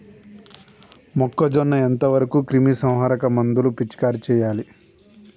మొక్కజొన్న ఎంత వరకు క్రిమిసంహారక మందులు పిచికారీ చేయాలి?